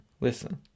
listen